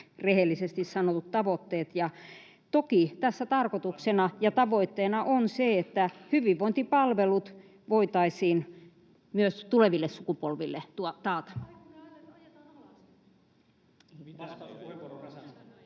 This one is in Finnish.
pyytää vastauspuheenvuoroa] Toki tässä tarkoituksena ja tavoitteena on se, että hyvinvointipalvelut voitaisiin myös tuleville sukupolville taata.